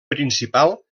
principal